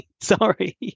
sorry